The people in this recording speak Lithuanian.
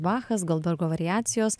bachas goldbergo variacijos